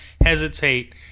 hesitate